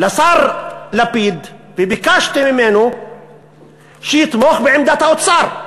אני פניתי לשר לפיד וביקשתי ממנו שיתמוך בעמדת האוצר.